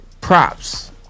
props